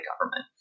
government